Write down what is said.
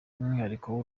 umwihariko